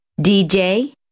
DJ